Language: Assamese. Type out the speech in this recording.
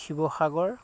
শিৱসাগৰ